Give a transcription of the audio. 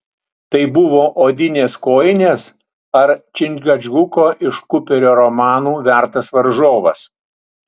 tai buvo odinės kojinės ar čingačguko iš kuperio romanų vertas varžovas